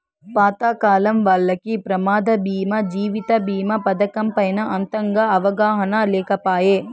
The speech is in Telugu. పాతకాలం వాల్లకి ప్రమాద బీమా జీవిత బీమా పతకం పైన అంతగా అవగాహన లేకపాయె